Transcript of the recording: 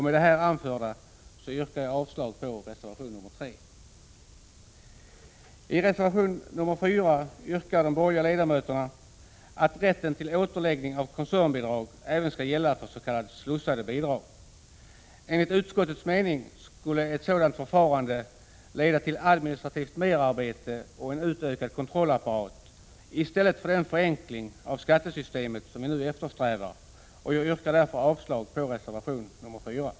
Med det här anförda yrkar jag avslag på reservation nr 3. I reservation nr 4 yrkar de borgerliga ledamöterna att rätten till återläggning av koncernbidrag även skall gälla för s.k. slussade bidrag. Enligt utskottets mening skulle ett sådant förfarande leda till administrativt merarbete och en utökad kontrollapparat i stället för den förenkling av skattesystemet som vi nu eftersträvar. Jag yrkar därför avslag på reservation nr 4.